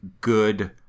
good